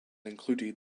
included